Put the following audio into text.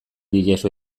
diezu